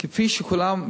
שכפי שכולם,